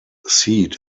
seat